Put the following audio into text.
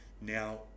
Now